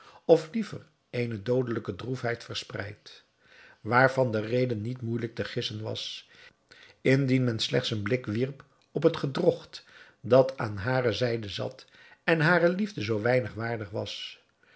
of liever eene doodelijke droefheid verspreid waarvan de reden niet moeijelijk te gissen was indien men slechts een blik wierp op het gedrogt dat aan hare zijde zat en hare liefde zoo weinig waardig was